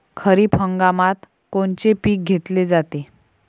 खरिप हंगामात कोनचे पिकं घेतले जाते?